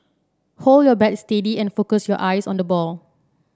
hold your bat steady and focus your eyes on the ball